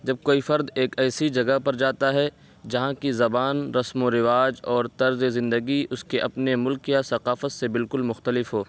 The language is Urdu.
جب کوئی فرد ایک ایسی جگہ پر جاتا ہے جہاں کی زبان رسم و رواج اور طرز زندگی اس کے اپنے ملک یا ثقافت سے بالکل مختلف ہو